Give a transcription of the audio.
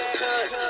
cause